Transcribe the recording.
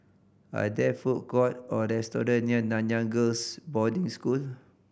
are there food court or restaurant near Nanyang Girls' Boarding School